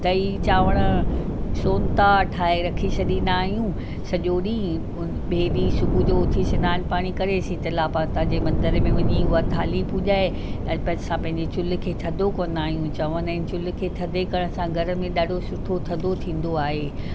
दही चावर सोता ठाहे रखी छ्ॾींदा आहियूं सॼो ॾींहुं उहे ॿिए ॾींहुं सुबुह जो उथी सनानु पाणी करे शीतला माता जे मंदर में वञी उहा थाली पूॼाए अर्क सां पंहिंजे चुल्हि खे थधो कंदा आहियूं चवंदा आहिनि चुल्हि खे थधे करण सां घर में ॾाढो सुठो थधो थींदो आहे